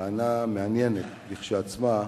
טענה מעניינת לכשעצמה,